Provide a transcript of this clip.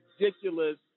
ridiculous